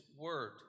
Word